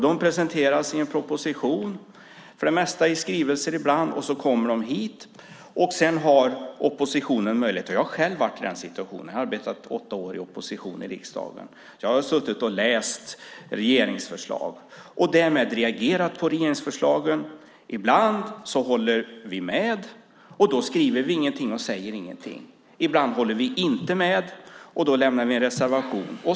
De presenteras i en proposition för det mesta, ibland i skrivelser. Så kommer de hit, och sedan har oppositionen möjlighet att reagera. Jag har själv varit i den situationen; jag har arbetat åtta år i opposition i riksdagen. Jag har läst regeringsförslag och reagerat på dem. Ibland håller vi med, och då skriver vi ingenting och säger ingenting. Ibland håller vi inte med, och då lämnar vi en reservation.